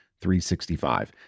365